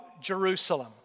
Jerusalem